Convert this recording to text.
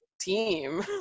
team